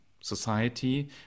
society